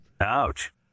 Ouch